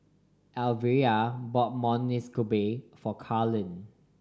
Alvera bought Monsunabe for Carlene